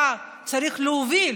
אתה צריך להוביל